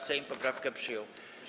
Sejm poprawkę przyjął.